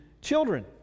children